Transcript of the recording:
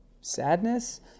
Sadness